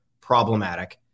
problematic